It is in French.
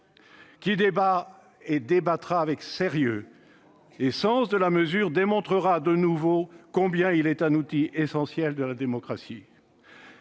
qui débat et débattra avec sérieux et sens de la mesure, démontrera de nouveau combien il est un outil essentiel de la démocratie.